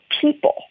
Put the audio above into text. people